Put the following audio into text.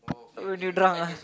when you drunk ah